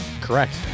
correct